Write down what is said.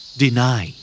deny